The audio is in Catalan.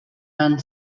van